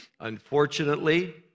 Unfortunately